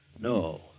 No